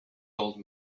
old